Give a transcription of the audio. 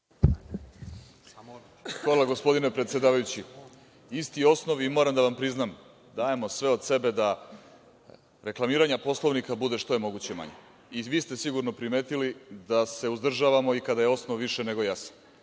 Hvala, gospodine predsedavajući. Isti osnov. Moram da priznam da dajemo sve od sebe da reklamiranja Poslovnika bude što manje. Vi ste sigurno primetili da se uzdržavamo i kada je osnov više nego jasan,